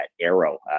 Arrow